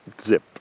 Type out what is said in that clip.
zip